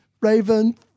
Raven